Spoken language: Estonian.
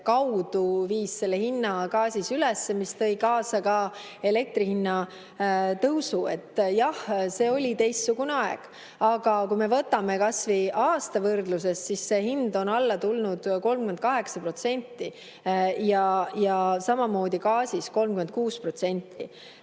kaudu viis selle hinna ka üles, mis tõi kaasa ka elektri hinna tõusu. Jah, see oli teistsugune aeg. Aga kui me võtame kas või aasta võrdluses, siis see hind on alla tulnud 38%, ja gaasi